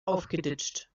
aufgeditscht